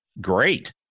great